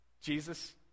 Jesus